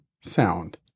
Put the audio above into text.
sound